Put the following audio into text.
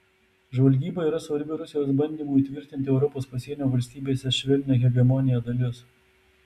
žvalgyba yra svarbi rusijos bandymų įtvirtinti europos pasienio valstybėse švelnią hegemoniją dalis